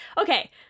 okay